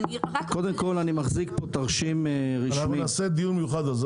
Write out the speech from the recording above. אני מחזיק פה תרשים רשמי --- יהיה דיון רשמי על זה.